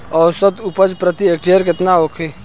औसत उपज प्रति हेक्टेयर केतना होखे?